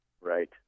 right